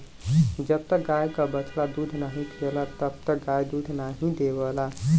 जब तक गाय क बछड़ा दूध नाहीं पियला तब तक गाय दूध नाहीं देवला